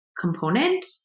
component